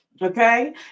Okay